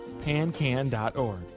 pancan.org